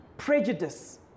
Prejudice